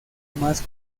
más